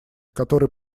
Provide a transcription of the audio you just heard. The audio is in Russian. который